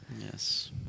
Yes